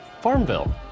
Farmville